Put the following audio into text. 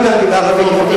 גם נגד הערבים.